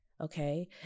okay